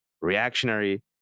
reactionary